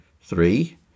Three